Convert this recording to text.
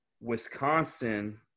Wisconsin